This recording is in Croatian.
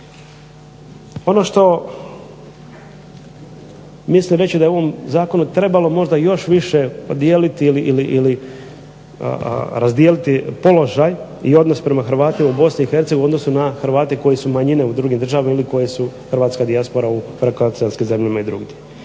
Ono što mislim reći da je u ovom zakonu trebamo još više dijeliti ili razdijeliti položaj i odnos prema Hrvatima u BiH u odnosu na Hrvate koji su manjine u drugim državama ili koji su hrvatska dijaspora ili prekooceanskim zemljama i drugdje.